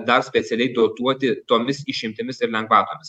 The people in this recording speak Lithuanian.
dar specialiai dotuoti tomis išimtimis ir lengvatomis